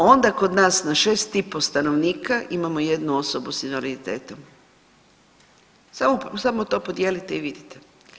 Onda kod nas na šest i pol stanovnika imamo jednu osobu sa invaliditetom, samo to podijelite i vidite.